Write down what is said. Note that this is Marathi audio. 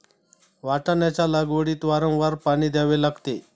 वाटाण्याच्या लागवडीत वारंवार पाणी द्यावे लागते